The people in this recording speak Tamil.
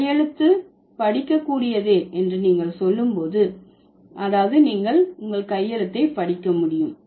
கையெழுத்து படிக்க கூடியதே என்று நீங்கள் சொல்லும் போது அதாவது நீங்கள் கையெழுத்து படிக்க முடியும்